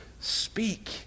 speak